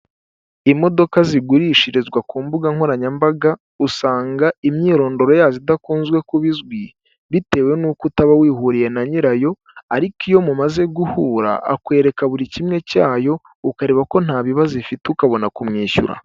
Imodoka zigurishirizwa ku mbuga nkoranyambaga usanga imyirondoro yazo idakunzwe kuba izwi, bitewe n'uko utaba wihuriye na nyirayo ariko iyo mumaze guhura akwereka buri kimwe cyayo, ukareba ko nta bibazo ifite ukabona kumwishyura.